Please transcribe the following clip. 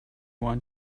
want